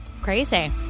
crazy